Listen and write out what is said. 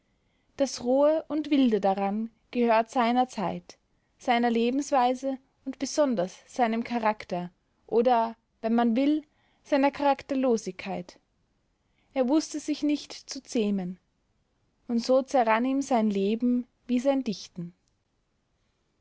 das rohe und wilde daran gehört seiner zeit seiner lebensweise und besonders seinem charakter oder wenn man will seiner charakterlosigkeit er wußte sich nicht zu zähmen und so zerrann ihm sein leben wie sein dichten